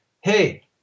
hey